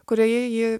kurioje ji